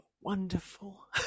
wonderful